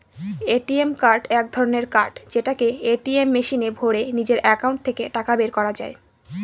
ATM card এক ধরনের card যেটাকে এটিএম মেশিনে ভোরে নিজের একাউন্ট থেকে টাকা বের করা যায়